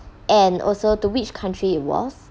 and also to which country it was